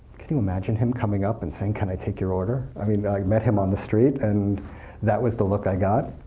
can you imagine him coming up and saying, can i take your order? i mean like met him on the street, and that was the look i got,